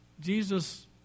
Jesus